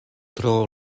tro